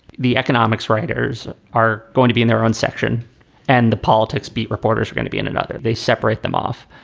the economics writers are going to be in their own section and the politics beat reporters are gonna be in another. they separate them off.